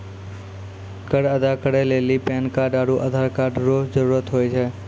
कर अदा करै लेली पैन कार्ड आरू आधार कार्ड रो जरूत हुवै छै